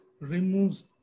removes